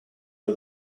for